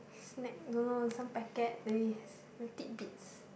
snack don't know some packet they tidbits